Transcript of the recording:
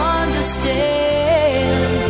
understand